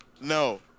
no